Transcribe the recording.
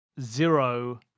zero